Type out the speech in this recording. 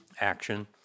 action